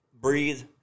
breathe